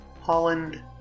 Holland